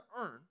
earn